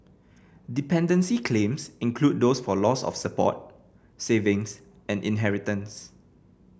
dependency claims include those for loss of support savings and inheritance